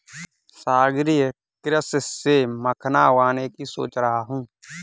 सागरीय कृषि से मखाना उगाने की सोच रहा हूं